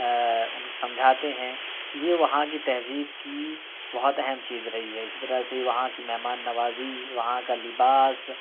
ان کو سمجھاتے ہیں یہ وہاں کی تہذیب کی بہت اہم چیز رہی ہے اسی طرح سے وہاں کی مہمان نوازی وہاں کا لباس